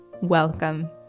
welcome